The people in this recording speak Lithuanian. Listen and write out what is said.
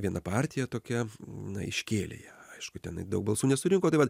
viena partija tokia na iškėlė ją aišku tenai daug balsų nesurinko tai vat